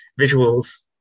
visuals